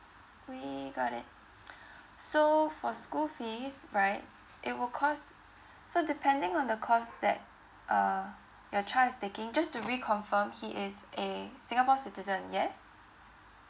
wait got it so for school fees right it will cost so depending on the course that uh your child is taking just to reconfirm he is a singapore citizen yes